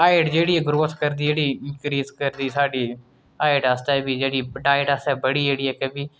height जेह्ड़ी growth करदी जेह्ड़ी ग्रीस करदी साढ़ी हाइट आस्तै बी जेह्ड़ी हाइट आस्तै बड़ी जेह्ड़ी इत्त बी